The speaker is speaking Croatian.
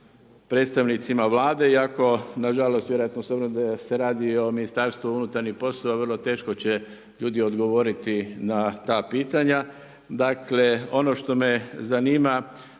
predstavnicima Vlade, iako na žalost, vjerojatno se ovdje se radi o Ministarstvu unutarnjih poslova, vrlo teško će ljudi odgovoriti na ta pitanja, dakle, ono što me zanima,